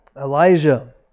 Elijah